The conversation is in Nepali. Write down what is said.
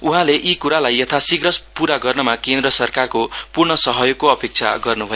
उहाँले यी कुरालाई यथाशीघ्र पूरा गर्नमा केन्द्र सरकारको पूर्ण सहयोगबारे अपेक्षा गर्नु भएको छ